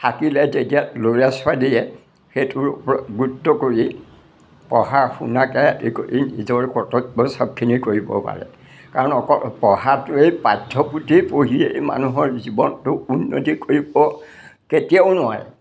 থাকিলে তেতিয়া ল'ৰা ছোৱালীয়ে সেইটোৰ ওপৰত গুৰুত্ব কৰি পঢ়া শুনাকে আদি কৰি নিজৰ কৰ্তব্য সবখিনি কৰিব পাৰে কাৰণ অকল পঢ়াটোৱেই পাঠ্যপুথি পঢ়িয়েই মানুহৰ জীৱনটো উন্নতি কৰিব কেতিয়াও নোৱাৰে